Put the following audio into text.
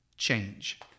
change